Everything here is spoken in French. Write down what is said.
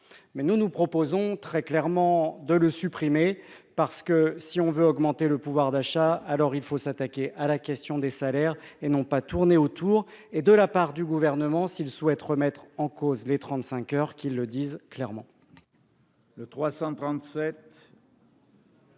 mais nous, nous proposons très clairement de le supprimer, parce que si on veut augmenter le pouvoir d'achat, alors il faut s'attaquer à la question des salaires et non pas tourner autour et de la part du gouvernement s'il souhaite remettre en cause les 35 heures qu'il le dise clairement.